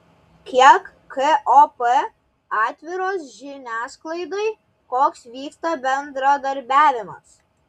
kiek kop atviros žiniasklaidai koks vyksta bendradarbiavimas